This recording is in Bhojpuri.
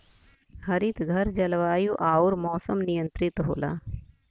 हरितघर जलवायु आउर मौसम नियंत्रित होला